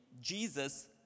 Jesus